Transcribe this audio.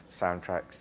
soundtracks